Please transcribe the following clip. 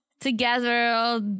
together